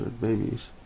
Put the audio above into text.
babies